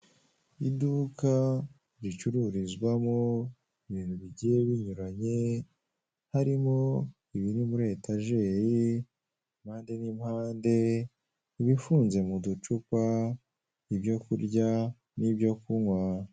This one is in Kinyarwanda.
Iduka ricururizwamo ibintu bigiye binyuranye harimo ibiri muri etajeri impande nimpande ibifunze muducupa ibyo kurya nibyo kunkwa.